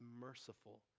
merciful